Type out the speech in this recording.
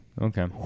Okay